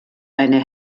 eine